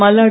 Malladi